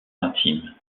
intime